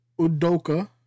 Udoka